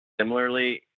similarly